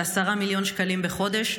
של 10 מיליון שקלים בחודש,